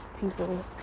people